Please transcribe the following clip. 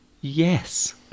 yes